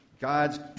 God's